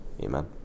Amen